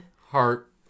heart